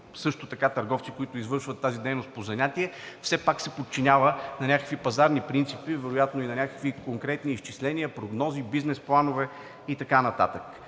към търговци, които извършват тази дейност по занятие все пак се подчинява на някакви пазарни принципи, вероятно и на някакви конкретни изчисления, прогнози, бизнес планове и така нататък.